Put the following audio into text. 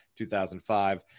2005